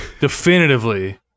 Definitively